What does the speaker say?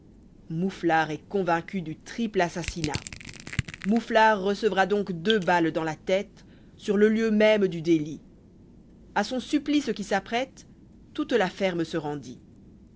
mouflar est convaincu du triple assassinat mouflar recevra donc deux balles dans la tète sur le lieu même du délit a son supplice qui s'apprête toute la ferme se rendit